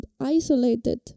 isolated